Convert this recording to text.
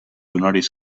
honoris